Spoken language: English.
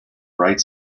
bright